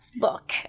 Look